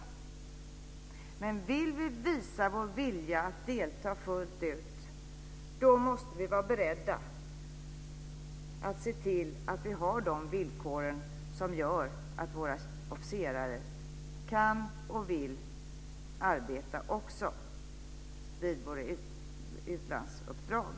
Om vi vill visa vår vilja att delta fullt ut måste vi vara beredda att se till att vi har de villkor som gör att våra officerare kan och vill arbeta också vid våra utlandsuppdrag.